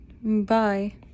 Bye